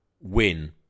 win